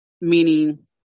meaning